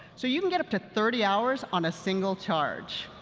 so you can get up to thirty hours on a single charge.